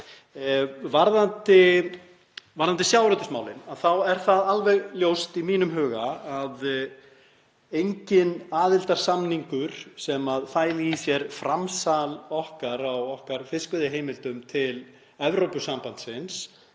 varðandi sjávarútvegsmálin þá er það alveg ljóst í mínum huga að enginn aðildarsamningur sem fæli í sér framsal okkar á okkar fiskveiðiheimildum til Evrópusambandsins